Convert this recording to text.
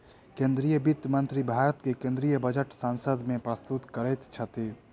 केंद्रीय वित्त मंत्री भारत के केंद्रीय बजट संसद में प्रस्तुत करैत छथि